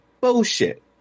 bullshit